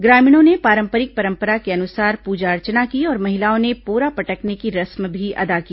ग्रामीणों ने पारंपरिक परंपरा के अनुसार पूजा अर्चना की और महिलाओं ने पोरा पटकने की रस्म भी अदा की